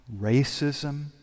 racism